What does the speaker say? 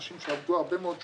אנשים שעבדו הרבה מאוד שנים,